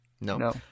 no